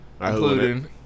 Including